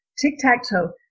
Tic-tac-toe